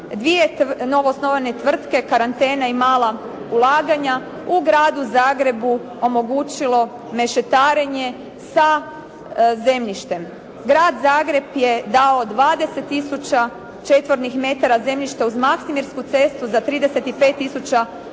dvije novoosnovane tvrtke, karantene i mala ulaganja u Gradu Zagrebu omogućilo mešetarenje sa zemljištem. Grad Zagreb je dao 20 tisuća četvornih metara zemljišta uz Maksimirsku cestu za 35 tisuća četvornih metara